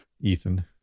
ethan